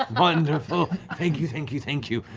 ah wonderful. thank you, thank you, thank you.